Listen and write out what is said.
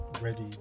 ready